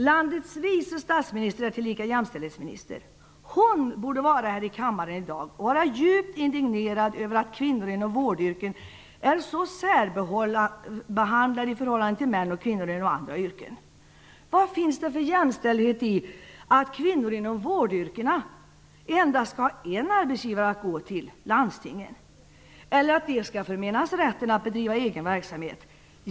Landets vice statsminister är tillika jämställdhetsminister. Hon borde vara här i kammaren i dag och vara djupt indignerad över att kvinnor inom vårdyrken är så särbehandlade i förhållande till män och kvinnor inom andra yrken. Vad finns det för jämställdhet i att kvinnor inom vårdyrkena endast skall ha en arbetsgivare, landstingen, att gå till eller att dessa kvinnor skall förmenas rätten att bedriva egen verksamhet?